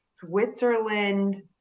switzerland